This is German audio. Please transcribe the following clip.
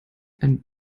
ein